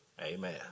Amen